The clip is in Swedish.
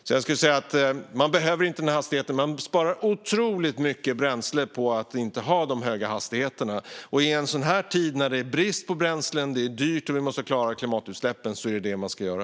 Man behöver alltså inte denna hastighet. Man sparar otroligt mycket bränsle på att inte hålla så höga hastigheter. I en sådan här tid, när det är brist på bränsle, det är dyrt och vi måste klara klimatutsläppen, är det så man ska göra.